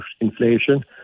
inflation